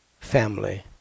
family